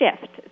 shift